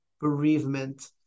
bereavement